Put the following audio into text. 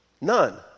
None